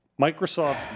Microsoft